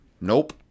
Nope